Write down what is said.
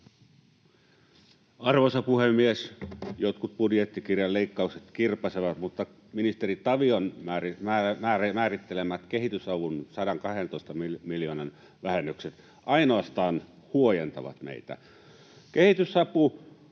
Arvoisa puhemies! Jotkut budjettikirjan leikkaukset kirpaisevat, mutta ministeri Tavion määrittelemät kehitysavun 112 miljoonan vähennykset ainoastaan huojentavat meitä. Kehitysapu